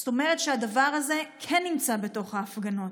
זאת אומרת שהדבר הזה כן נמצא בתוך ההפגנות.